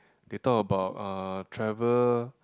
they talk about uh travel